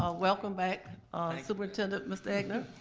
ah welcome back superintendent mr. egnor.